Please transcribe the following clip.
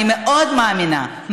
אני מאוד מאמינה,